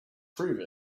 prove